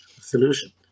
solution